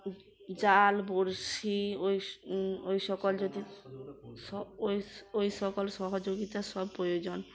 জাল বড়শি ওই ওই সকল যদি ওই ওই সকল সহযোগিতা সব প্রয়োজন